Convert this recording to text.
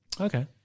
Okay